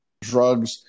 Drugs